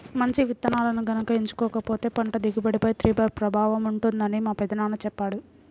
మంచి విత్తనాలను గనక ఎంచుకోకపోతే పంట దిగుబడిపై తీవ్ర ప్రభావం ఉంటుందని మా పెదనాన్న చెప్పాడు